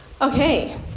okay